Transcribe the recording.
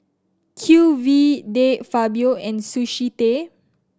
Q V De Fabio and Sushi Tei